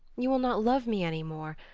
you will not love me any more,